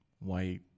white